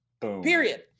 period